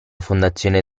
fondazione